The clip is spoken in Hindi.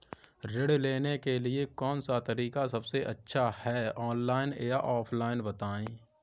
ऋण लेने के लिए कौन सा तरीका सबसे अच्छा है ऑनलाइन या ऑफलाइन बताएँ?